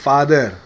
Father